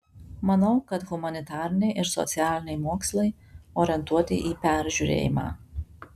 manau kad humanitariniai ir socialiniai mokslai orientuoti į peržiūrėjimą